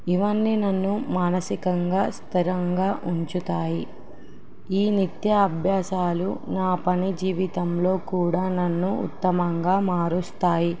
ఇవన్నీ నన్ను మానసికంగా స్థిరంగా ఉంచుతాయి ఈ నిత్య అభ్యాసాలు నా పని జీవితంలో కూడా నన్ను ఉత్తమంగా మారుస్తాయి